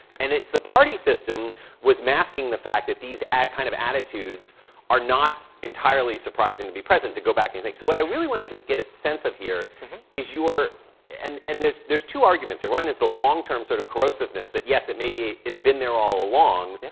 and it's the party system was masking the fact that these kind of attitudes are not entirely surprising to be present to go back anything. so what i really want to just get a sense of here is you're and and there's there's two arguments that run is the long term sort of corrosiveness that yes it may be it's been there all along,